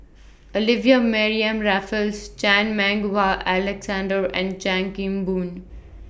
Olivia Mariamne Raffles Chan Meng Wah Alexander and Chan Kim Boon